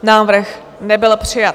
Návrh nebyl přijat.